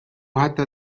حتی